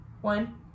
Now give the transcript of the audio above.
One